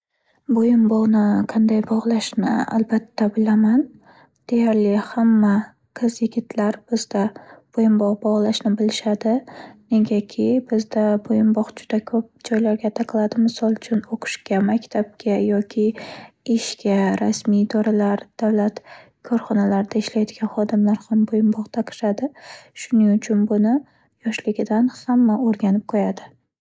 Bo'yinbog'ni qanday bog'lashni albatta bilaman. Deyarli hamma qiz-yigitlar bizda bo'yinbog' bog'lashni bilishadi. Negaki, bizda bo'yinbog' juda ko'p joylarga taqiladi. Misol uchun, o'qishga, maktabga, yoki ishga, rasmiy idoralar, davlat korxonalarida ishlaydigan xodimlar ham bo'yinbog' taqishadi. Shuning uchun buni yoshligidan hamma o'rganib qo'yadi.